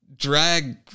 drag